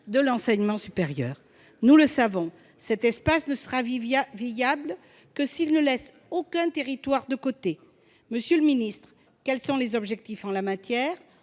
de l'enseignement supérieur. Nous le savons, cet espace ne sera viable que s'il ne laisse aucun territoire de côté. Monsieur le ministre, quels sont les objectifs en la matière,